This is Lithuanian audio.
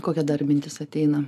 kokia dar mintis ateina